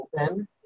open